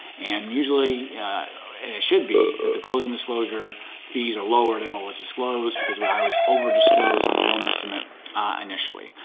and usually, it should be that the closing disclosure fees are lower than what was disclosed because when i was over disclose on the loan estimate initially,